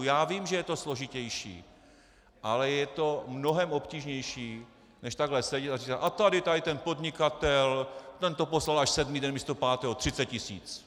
Já vím, že je to složitější, ale je to mnohem obtížnější, než takhle sedět a říct, a tady tenhle podnikatel to poslal až sedmý den místo pátého, 30 tisíc.